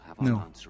No